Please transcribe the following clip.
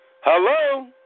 Hello